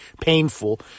painful